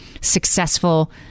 successful